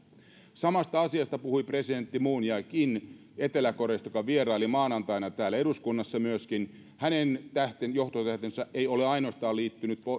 samasta asiasta puhui presidentti moon jae in etelä koreasta joka vieraili maanantaina täällä eduskunnassa myöskin hänen johtotähtensä ei ole liittynyt ainoastaan